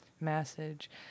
message